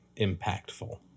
impactful